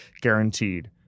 guaranteed